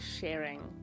sharing